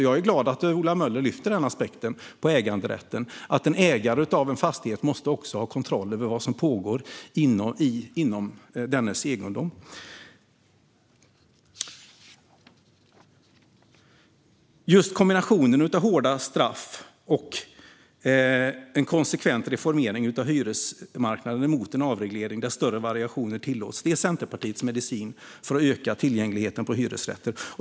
Jag är glad att Ola Möller lyfter upp aspekten på äganderätten att en ägare av en fastighet också måste ha kontroll över vad som pågår inom egendomen. Just kombinationen av hårda straff och en konsekvent reformering av hyresmarknaden mot en avreglering, där större variationer tillåts, är Centerpartiets medicin för att öka tillgängligheten på hyresrätter.